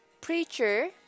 preacher